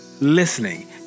listening